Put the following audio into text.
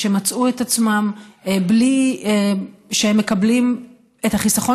שמצאו את עצמם בלי שהם מקבלים את החיסכון